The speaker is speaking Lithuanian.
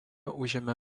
užėmė